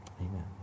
Amen